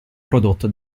prodotto